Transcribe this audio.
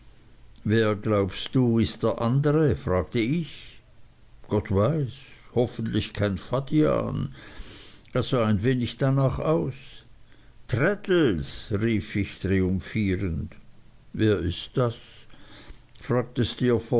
wer glaubst du ist der andere fragte ich gott weiß hoffentlich kein fadian er sah ein wenig danach aus traddles rief ich triumphierend wer ist das fragte